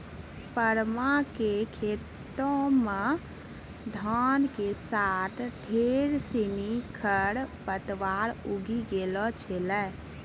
परमा कॅ खेतो मॅ धान के साथॅ ढेर सिनि खर पतवार उगी गेलो छेलै